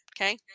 Okay